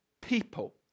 people